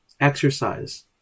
exercise